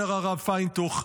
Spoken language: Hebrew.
אומר הרב פיינטוך,